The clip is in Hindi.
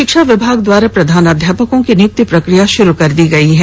शिक्षा विभाग द्वारा प्रधानाध्यापकों की नियुक्ति प्रक्रिया शुरू कर दी गई है